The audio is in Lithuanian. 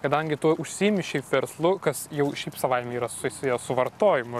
kadangi tu užsiimi šiaip verslu kas jau šiaip savaime yra susiję su vartojimu